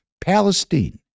Palestine